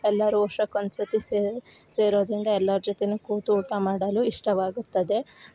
ಎಲ್ಲರೂ ವರ್ಷಕ್ಕೊಂದುಸತಿ ಸೇರೋದರಿಂದ ಎಲ್ಲಾರ ಜೊತೆ ಕೂತು ಊಟ ಮಾಡಲು ಇಷ್ಟವಾಗುತ್ತದೆ